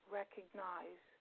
recognize